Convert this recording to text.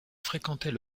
fréquentait